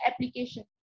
application